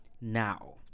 now